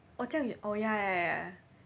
哦这样哦 ya ya ya ya